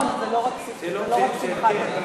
זה גם לא נכון, זה לא רק שמחת עניים.